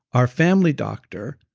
our family doctor,